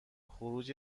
خروج